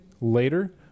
later